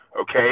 okay